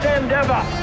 endeavor